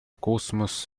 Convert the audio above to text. космос